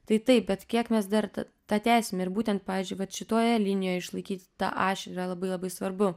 tai taip bet kiek mes dar tą tęsim ir būtent pavyzdžiui vat šitoje linijoj išlaikyti tą ašį yra labai labai svarbu